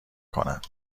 کند